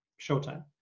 Showtime